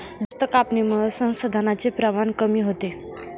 जास्त कापणीमुळे संसाधनांचे प्रमाण कमी होते